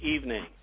evening